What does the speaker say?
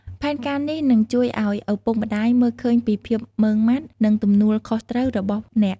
ផែនការនេះនឹងជួយឲ្យឪពុកម្ដាយមើលឃើញពីភាពម៉ឺងម៉ាត់ និងទំនួលខុសត្រូវរបស់អ្នក។